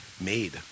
made